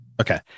Okay